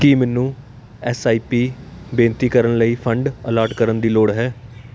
ਕੀ ਮੈਨੂੰ S I P ਬੇਨਤੀ ਕਰਨ ਲਈ ਫੰਡ ਅਲਾਟ ਕਰਨ ਦੀ ਲੋੜ ਹੈ